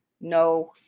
no